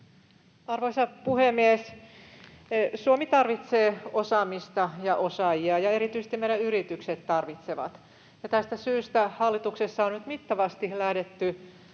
Arvoisa puhemies! Suomi tarvitsee osaamista ja osaajia ja erityisesti meidän yritykset tarvitsevat. Tästä syystä hallituksessa on nyt mittavasti lähdetty